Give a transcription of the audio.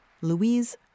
Louise